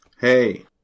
Hey